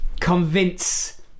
convince